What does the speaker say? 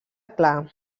clar